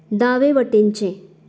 दावे वटेनचें